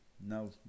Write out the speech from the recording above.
No